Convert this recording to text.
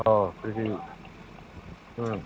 ꯑꯣ ꯎꯝ